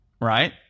right